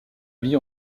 vie